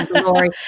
glory